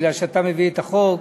בגלל שאתה מביא את החוק.